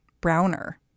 browner